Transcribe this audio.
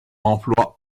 emploie